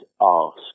ask